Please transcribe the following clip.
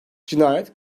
cinayet